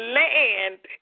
land